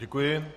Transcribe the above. Děkuji.